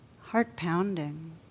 Heart-pounding